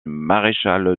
maréchal